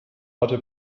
hatte